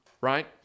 right